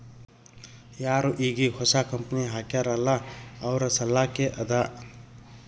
ಯಾರು ಈಗ್ ಈಗ್ ಹೊಸಾ ಕಂಪನಿ ಹಾಕ್ಯಾರ್ ಅಲ್ಲಾ ಅವ್ರ ಸಲ್ಲಾಕೆ ಅದಾ